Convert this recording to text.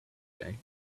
day